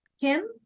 Kim